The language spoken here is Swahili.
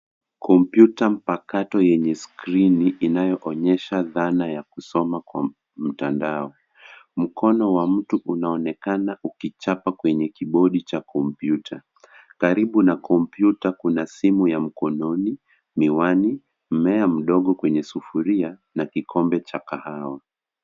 kompyuta mpakato enye skrini inaoonyasha dhana ya kusoma kwa mtandao, mkono wa mtu unaonekana ukijapa kwenye kibodi cha kompyuta, karibu na kompyuta kuna simu ya mkononi, miwani, mimea mdogo kwenye sufuria na kikombe cha kahawa.